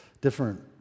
different